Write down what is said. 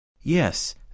Yes